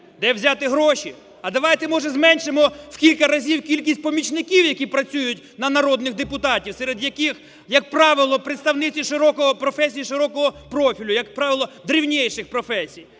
Де взяти гроші? А давайте, може, зменшимо в кілька разів кількість помічників, які працюють на народних депутатів, серед яких, як правило, представниці професій широкого профілю, як правило, древнєйших професій,